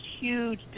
huge